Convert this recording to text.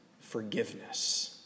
forgiveness